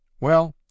Well